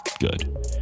good